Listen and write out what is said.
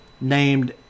named